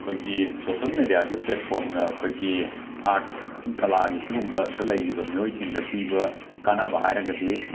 ꯑꯩꯈꯣꯏꯒꯤ ꯁꯣꯁꯦꯜ ꯃꯦꯗꯤꯌꯥꯒꯤ ꯄ꯭ꯂꯦꯠꯐꯣꯝꯅ ꯑꯩꯈꯣꯏꯒꯤ ꯑꯥꯔꯠꯀꯤ ꯀꯂꯥꯒꯤ ꯁꯤꯒꯨꯝꯕꯗ ꯂꯩꯔꯤꯕ ꯃꯤꯑꯣꯏꯁꯤꯡꯗ ꯄꯤꯕ ꯀꯥꯟꯅꯕ ꯍꯥꯏꯔꯒꯗꯤ